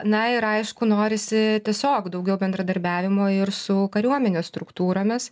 na ir aišku norisi tiesiog daugiau bendradarbiavimo ir su kariuomenės struktūromis